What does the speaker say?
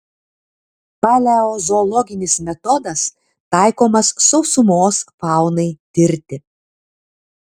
paleozoologinis metodas taikomas sausumos faunai tirti